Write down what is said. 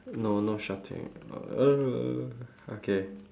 no no shouting uh okay